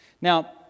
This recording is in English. Now